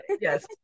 Yes